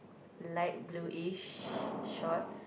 light bluish shorts